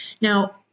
now